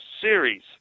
series